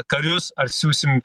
karius ar siųsim